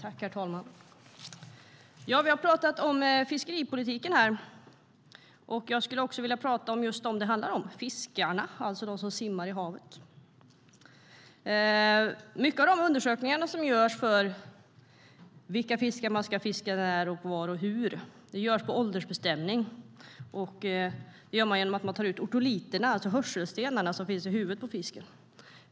Herr talman! Vi har talat om fiskeripolitiken, och jag skulle vilja tala om dem som det handlar om, fiskarna som simmar i havet. Många av de undersökningar som görs för att se vilka fiskar man ska fiska och när, var och hur görs i form av åldersbestämning. Det görs genom att man tar ut otoliterna, hörselstenarna, som finns i huvudet på fisken.